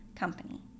Company